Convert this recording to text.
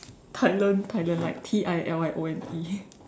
tilione tilione like T I L I O N E